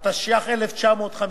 התשי"ח 1958,